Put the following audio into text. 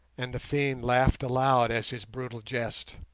and the fiend laughed aloud as his brutal jest.